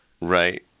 Right